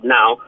now